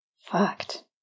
Fucked